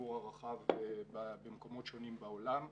והציבור הרחב במקומות שונים בעולם.